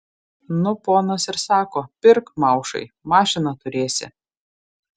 nu ponas ir sako pirk maušai mašiną turėsi